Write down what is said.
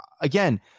Again